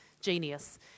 genius